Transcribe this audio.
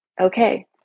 Okay